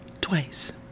Twice